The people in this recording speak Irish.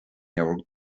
leabhar